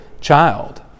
child